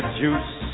juice